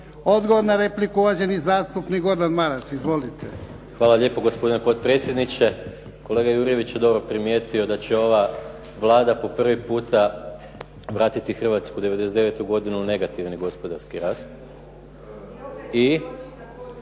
Odgovor na repliku uvaženi zastupnik Gordan Maras. Izvolite. **Maras, Gordan (SDP)** Hvala lijepo gospodine potpredsjedniče. Kolega Jurjević je dobro primijetio da će ova Vlada po prvi puta vratiti Hrvatsku u '99. u negativni gospodarski rast. A